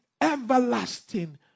everlasting